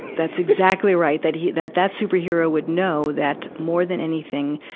that's exactly right. that he, that that superhero would know that, more than anything,